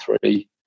three